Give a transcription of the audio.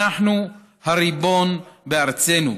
אנחנו הריבון בארצנו,